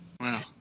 Wow